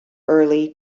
early